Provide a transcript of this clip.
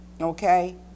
Okay